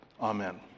Amen